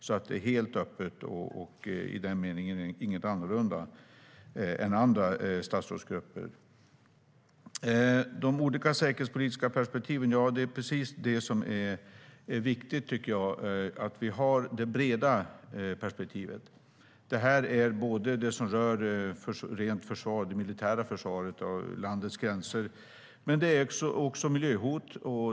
Det är alltså helt öppet och i den meningen inget annorlunda än andra statsrådsgrupper. Sedan gäller det de olika säkerhetspolitiska perspektiven. Ja, det är precis det som jag tycker är viktigt: att vi har det breda perspektivet. Det här gäller det som rör rent försvar, det militära försvaret, av landets gränser. Men det gäller också miljöhot.